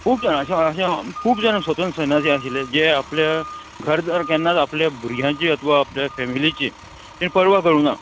खूब जाणां अशें अशें खूब जाण स्वतंत्र सेना जे आशिल्लें जें आपल्या घर दार जर केन्नाच आपल्या भुरग्यांची अथवा आपल्या फॅमिलीची तेंणी पर्वा करूंक ना